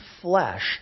flesh